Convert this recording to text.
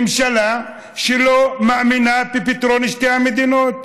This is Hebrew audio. ממשלה שלא מאמינה בפתרון שתי המדינות,